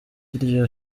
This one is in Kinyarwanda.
iryo